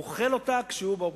הוא אוכל אותה כשהוא באופוזיציה.